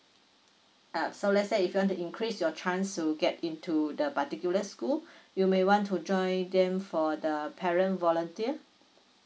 ah so let's say if you want to increase your chance to get into the particular school you may want to join them for the parent volunteer